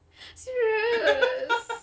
I akan dengar I just dengar suara dia jer